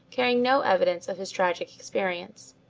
carrying no evidence of his tragic experience.